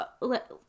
let